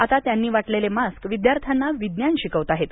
आता त्यांनी वाटलेले मास्क विद्यार्थ्यांना विज्ञान शिकवताहेत